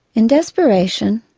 in desperation,